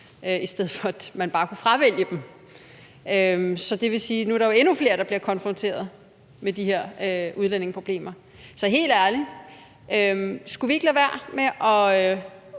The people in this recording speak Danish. i stedet for at man bare kunne fravælge dem. Så det vil sige, at der nu er endnu flere, der bliver konfronteret med de her udlændingeproblemer. Så helt ærligt: Skulle vi ikke lade være med at